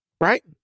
right